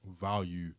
value